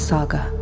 Saga